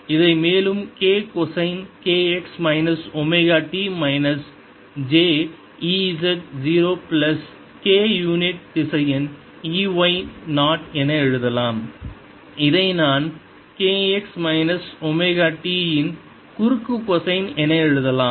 இதை மேலும் k cosine k x minus omega t minus j E z 0 plus k unit திசையன் E y 0 என எழுதலாம் இதை நான் k x minus omega t இன் குறுக்கு கொசைன் என எழுதலாம்